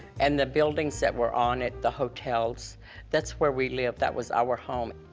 and the buildings that were on it, the hotels that's where we lived, that was our home.